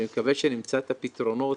אני מקווה שנמצא את הפתרונות